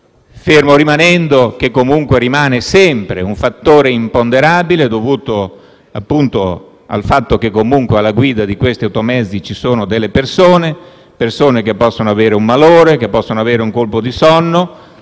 Fermo restando che, comunque, rimane sempre un fattore imponderabile, dovuto al fatto che comunque alla guida di questi automezzi ci sono delle persone, che possono avere un malore o un colpo di sonno.